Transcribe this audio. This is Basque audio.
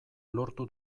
lortu